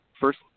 first